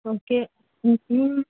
okay